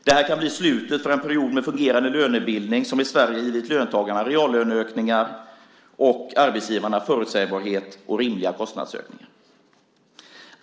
Det här kan bli slutet för en period med fungerande lönebildning, som i Sverige givit löntagarna reallöneökningar och arbetsgivarna förutsägbarhet och rimliga kostnadsökningar.